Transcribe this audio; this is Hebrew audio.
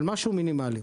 אבל משהו מינימלי.